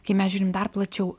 kai mes žiūrim dar plačiau